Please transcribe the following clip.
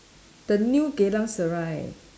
the new Geylang Serai